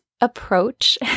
approach